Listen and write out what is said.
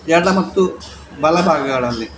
ಎಡ ಮತ್ತು ಬಲ ಭಾಗಗಳಲ್ಲಿ